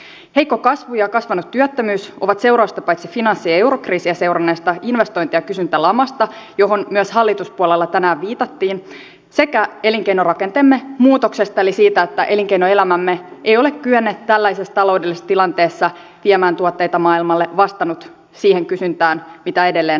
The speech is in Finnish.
heikko kasvu ja kasvanut työttömyys ovat seurausta paitsi finanssi ja eurokriisiä seuranneesta investointi ja kysyntälamasta johon myös hallituspuolella tänään viitattiin myös elinkeinorakenteemme muutoksesta eli siitä että elinkeinoelämämme ei ole kyennyt tällaisessa taloudellisessa tilanteessa viemään tuotteita maailmalle vastaamaan siihen kysyntään mitä edelleen olisikin